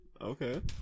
Okay